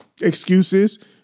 excuses